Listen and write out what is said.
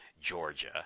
Georgia